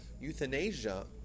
Euthanasia